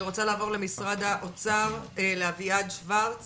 אני רוצה לעבור למשרד האוצר, לאביעד שוורץ